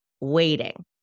waiting